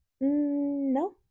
No